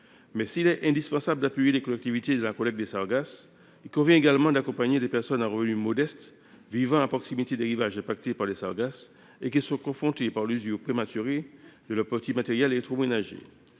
Nord. S’il est indispensable d’appuyer les collectivités dans la collecte des sargasses, il convient également d’accompagner les personnes à revenus modestes vivant à proximité des rivages affectés, qui sont confrontées à l’usure prématurée de leur petit matériel électroménager